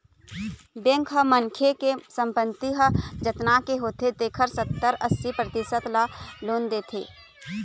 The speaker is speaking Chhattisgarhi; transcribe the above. बेंक ह मनखे के संपत्ति ह जतना के होथे तेखर सत्तर, अस्सी परतिसत ल लोन देथे